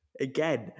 again